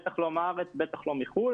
בטח לא מהארץ ובטח לא מחוץ.